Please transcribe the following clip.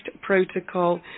protocol